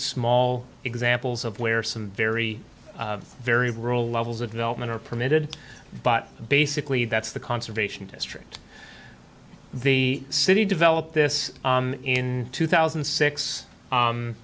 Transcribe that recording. small examples of where some very very rural levels of development are permitted but basically that's the conservation district the city developed this in two thousand